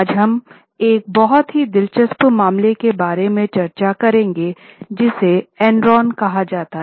आज हम एक बहुत ही दिलचस्प मामले के बारे में चर्चा करेंगे जिसे एनरॉन कहा जाता है